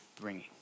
bringing